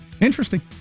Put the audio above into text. Interesting